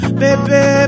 baby